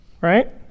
Right